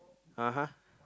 (uh huh)